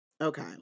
Okay